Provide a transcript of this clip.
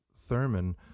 Thurman